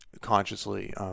consciously